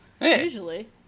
Usually